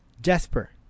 Jesper